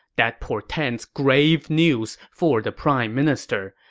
that portends grave news for the prime minister.